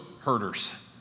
herders